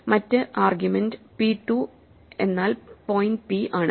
മറ്റ് argument p 2 എന്നാൽ point p ആണ്